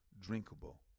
drinkable